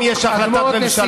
אני מבטיח שאם יש החלטות ממשלה,